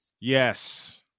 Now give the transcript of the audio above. Yes